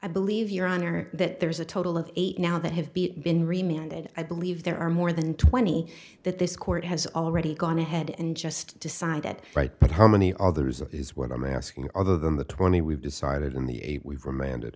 i believe your honor that there's a total of eight now that have be been reminded i believe there are more than twenty that this court has already gone ahead and just decided right but how many others is what i'm asking other than the twenty we've decided in the eight we've remanded